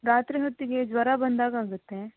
ರಾತ್ರಿ ಹೊತ್ತಿಗೆ ಜ್ವರ ಬಂದ್ಹಾಗಾಗತ್ತೆ